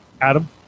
Adam